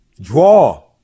draw